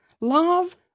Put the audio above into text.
love